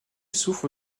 souffre